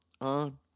on